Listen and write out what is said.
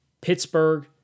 Pittsburgh